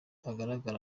agaragara